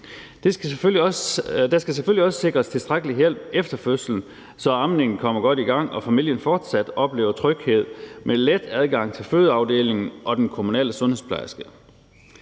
Der skal selvfølgelig også sikres tilstrækkelig hjælp efter fødslen, så amningen kommer godt i gang og familien fortsat oplever tryghed med let adgang til fødeafdelingen og den kommunale sundhedsplejerske.